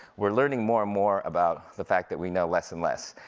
we're learning more and more about the fact that we know less and less.